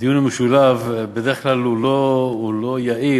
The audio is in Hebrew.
הדיון המשולב בדרך כלל לא יעיל,